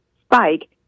spike